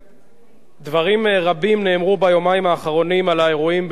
דברים רבים נאמרו ביומיים האחרונים על האירועים במוצאי-שבת בתל-אביב,